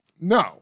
no